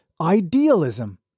idealism